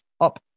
up